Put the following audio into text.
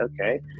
okay